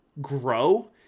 grow